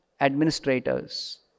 administrators